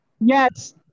Yes